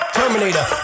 terminator